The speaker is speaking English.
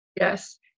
Yes